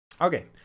Okay